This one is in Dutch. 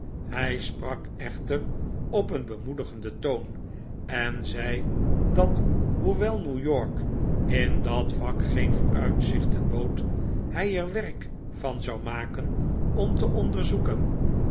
hij sprak echter op een bemoedigenden toon en zei dat hoewel new york in dat vak geen vooruitzichten bood hij er werk van zou maken om te onderzoeken